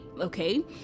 Okay